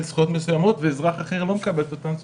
זכויות מסוימות ואזרח אחר לא מקבל את אותן זכויות?